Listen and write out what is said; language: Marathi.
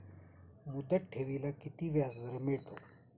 मुदत ठेवीला किती व्याजदर मिळतो?